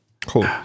cool